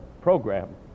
program